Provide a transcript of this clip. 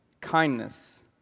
kindness